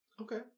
Okay